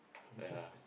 ya